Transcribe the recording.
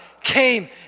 came